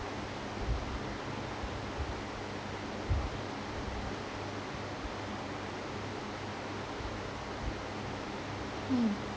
mm